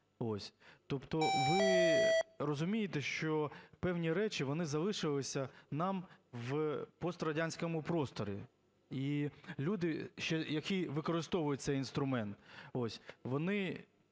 Тобто ви розумієте, що певні речі, вони залишилися нам в пострадянському просторі? І люди, які використовують цей інструмент, вони